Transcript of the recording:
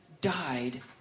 died